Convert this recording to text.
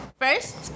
first